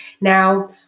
Now